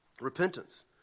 Repentance